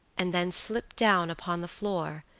and then slipped down upon the floor,